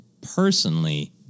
personally